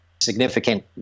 significant